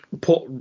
put